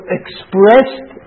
expressed